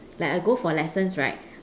like I go for lessons right